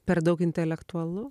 per daug intelektualu